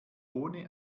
ohne